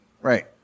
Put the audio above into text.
Right